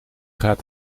gaat